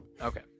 Okay